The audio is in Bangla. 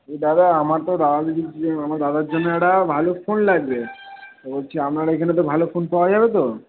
দাদা আমার তো দাদা দিদির বিয়ে আমার দাদার জন্য একটা ভালো ফোন লাগবে বলছি আপনার ওখানে ভালো ফোন পাওয়া যাবে তো